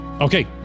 Okay